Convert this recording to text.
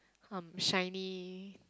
um SHINee